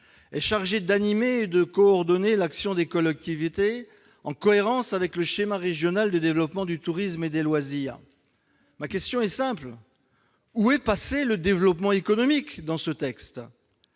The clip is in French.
est chargé d'animer et de coordonner l'action des collectivités et des autres acteurs concernés, en cohérence avec le schéma régional de développement du tourisme et des loisirs. Ma question est simple : où est passé le développement économique dans ce texte ?